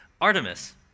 artemis